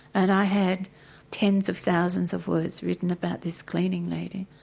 and i had tens of thousands of words written about this cleaning lady.